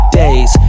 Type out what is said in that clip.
days